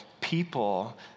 people